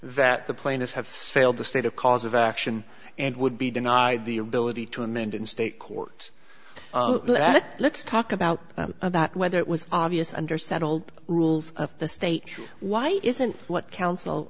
that the plaintiffs have failed to state a cause of action and would be denied the ability to amend in state courts let let's talk about that whether it was obvious under settled rules of the state why isn't what counsel